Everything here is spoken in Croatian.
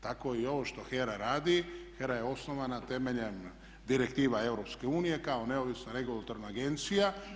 Tako i ovo što HERA radi, HERA je osnovana temeljem direktiva EU kao neovisna regulatorna agencija.